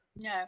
No